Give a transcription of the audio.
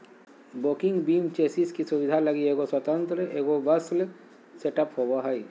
walking beam chassis की सुबिधा लगी एगो स्वतन्त्र एगोक्स्ल सेटअप होबो हइ